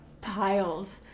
piles